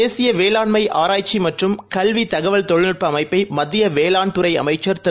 தேசியவேளாண்மைஆராய்ச்சிமற்றும் கல்விதகவல் தொழில்நுட்பஅமைப்பைமத்தியவேளாண் துறைஅமைச்சர் திரு